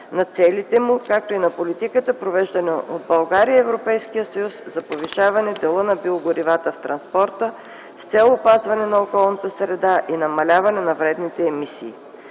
на целите му, както и на политиката, провеждана от България и Европейския съюз за повишаване дела на биогоривата в транспорта, с цел опазване на околната среда и намаляване на вредните емисии.